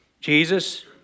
Jesus